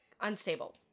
unstable